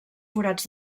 forats